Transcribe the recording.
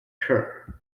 kerr